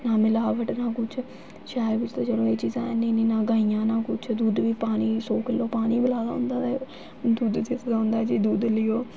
ना मिलावट ना कुछ शैह्र बिच ते चलो एह् चीज़ ऐ निं ना गाइयां ना कुछ दुद्ध बी पानी सौ किलो पानी मलाये दा होंदा ते दुद्ध जिसलै औंदा जे दुद्ध लैओ